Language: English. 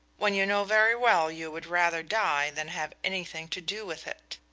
when you know very well you would rather die than have anything to do with it.